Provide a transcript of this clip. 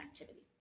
activity